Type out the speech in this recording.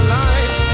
life